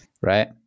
Right